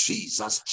Jesus